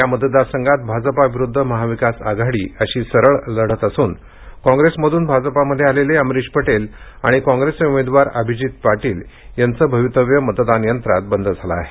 या मतदार संघात भाजपा विरुद्ध महाविकास आघाडी अशी सरळ लढत असून काँप्रेसमधून भाजपामध्ये आलेले अमरीश पटेल आणि कॉंग्रेसचे उमेदवार अभिजित पाटील यांचं भवितव्य मतदान यंत्रात बंद झालं आहे